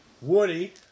Woody